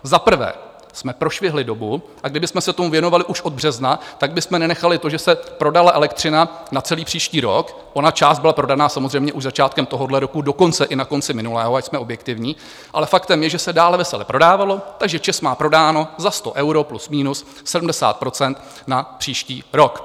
Za prvé jsme prošvihli dobu, a kdybychom se tomu věnovali už od března, tak bychom nenechali to, že se prodala elektřina na celý příští rok, ona část byla prodaná samozřejmě už začátkem tohohle roku, dokonce i na konci minulého, ať jsme objektivní, ale faktem je, že se dále vesele prodávalo, takže ČEZ má prodáno za 100 eur plus minus 70 % na příští rok.